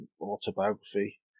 autobiography